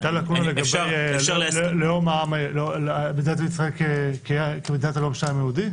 הייתה לקונה לגבי מדינת ישראל כמדינת הלאום של העם היהודי?